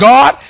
God